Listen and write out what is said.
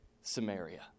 Samaria